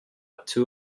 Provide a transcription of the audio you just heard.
two